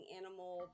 animal